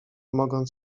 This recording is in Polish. mogąc